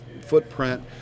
footprint